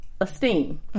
esteem